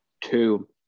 two